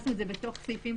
הכנסנו את זה בתוך סעיפים